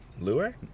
lure